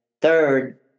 Third